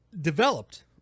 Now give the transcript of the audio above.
Developed